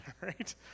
right